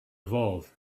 evolve